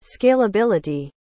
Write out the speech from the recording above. scalability